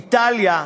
איטליה,